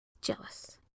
jealous